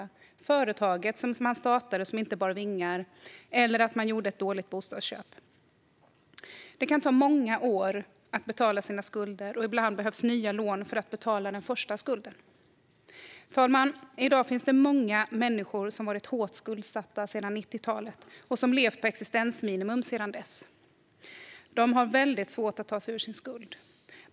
Det kan vara så att företaget som man startade inte bar vingar eller att man gjorde ett dåligt bostadsköp. Det kan ta många år att betala sina skulder, och ibland behövs nya lån för att betala den första skulden. Fru talman! I dag finns det många människor som varit hårt skuldsatta sedan 90-talet och som levt på existensminimum sedan dess. De har väldigt svårt att ta sig ur sin skuld.